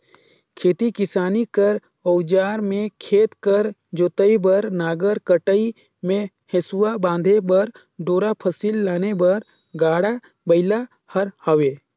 खेती किसानी कर अउजार मे खेत कर जोतई बर नांगर, कटई मे हेसुवा, बांधे बर डोरा, फसिल लाने बर गाड़ा बइला हर हवे